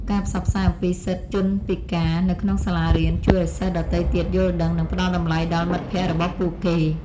ការផ្សព្វផ្សាយអំពីសិទ្ធិជនពិការនៅក្នុងសាលារៀនជួយឱ្យសិស្សដទៃទៀតយល់ដឹង និងផ្តល់តម្លៃដល់មិត្តភក្តិរបស់ពួកគេ។